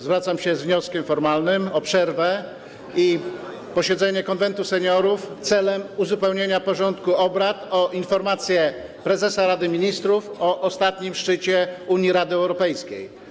Zwracam się z wnioskiem formalnym o przerwę i zwołanie posiedzenia Konwentu Seniorów celem uzupełnienia porządku obrad o informację prezesa Rady Ministrów o ostatnim szczycie Rady Unii Europejskiej.